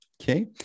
Okay